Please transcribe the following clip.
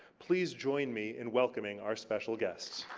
please join me in welcoming our special guests.